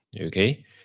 Okay